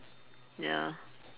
ya